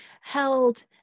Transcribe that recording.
held